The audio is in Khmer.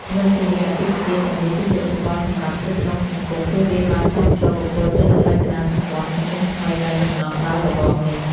លើសពីនេះ អាពាហ៍ពិពាហ៍ទាំងនោះគឺជាឧបករណ៍សម្រាប់គ្រប់គ្រងសង្គម ព្រោះវាបានចងភ្ជាប់បុគ្គលទៅនឹងរចនាសម្ព័ន្ធសង្គមថ្មីដែលកំណត់ដោយរបបនេះ។